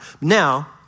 Now